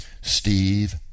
Steve